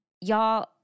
Y'all